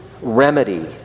remedy